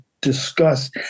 discuss